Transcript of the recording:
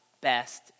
best